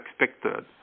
expected